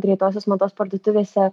greitosios mados parduotuvėse